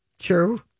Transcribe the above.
True